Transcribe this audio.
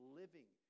living